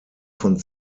von